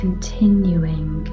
continuing